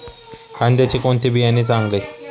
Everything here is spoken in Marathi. कांद्याचे कोणते बियाणे चांगले?